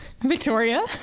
Victoria